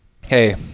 Hey